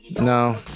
No